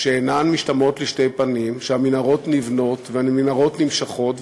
שאינן משתמעות לשתי פנים שהמנהרות נבנות והמנהרות נמשכות,